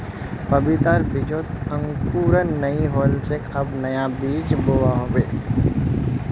पपीतार बीजत अंकुरण नइ होल छे अब नया बीज बोवा होबे